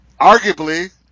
arguably